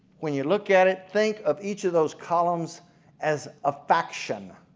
when you look at it think of each of those columns as a faction,